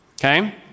Okay